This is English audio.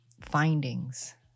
findings